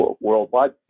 worldwide